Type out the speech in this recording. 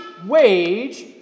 wage